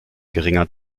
geringer